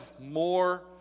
more